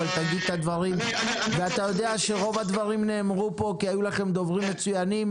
אבל רוב הדברים כבר נאמרו פה כי היו לכם דוברים מצוינים.